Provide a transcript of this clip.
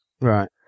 Right